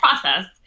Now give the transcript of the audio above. process